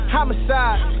Homicide